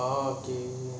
oh okay